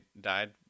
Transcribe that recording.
died